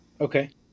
Okay